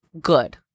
good